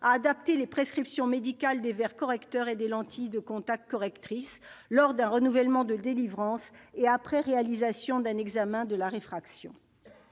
à adapter les prescriptions médicales des verres correcteurs et des lentilles de contact correctrices lors d'un renouvellement de délivrance et après réalisation d'un examen de la réfraction.